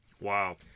Wow